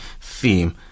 theme